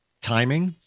timing